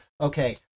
Okay